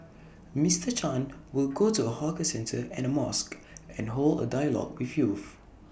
Mister chan will go to A hawker centre and A mosque and hold A dialogue with youth